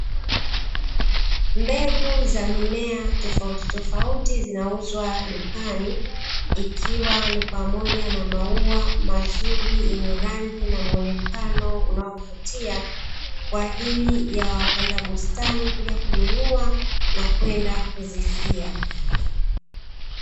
Mbegu za mimea tofautitofati zinauzwa dukani, ikiwa ni pamoja na maua mazuri yenye rangi na muonekeno unaovutia, kwa ajili ya wapanda bustani kuja kununua na kwenda kuzisia.